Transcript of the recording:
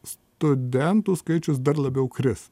studentų skaičius dar labiau kris